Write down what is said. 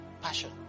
Passion